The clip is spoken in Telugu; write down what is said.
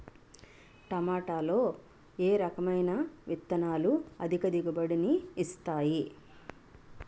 టమాటాలో ఏ రకమైన విత్తనాలు అధిక దిగుబడిని ఇస్తాయి